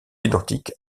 identique